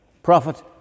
Prophet